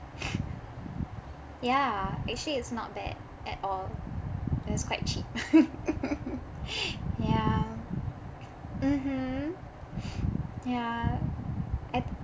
ya actually it's not bad at all and it's quite cheap ya mmhmm ya I